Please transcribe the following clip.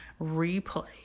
replay